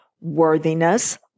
worthiness